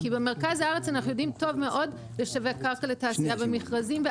כי במרכז הארץ אנחנו יודעים טוב מאוד לשווק קרקע לתעשייה במכרזים.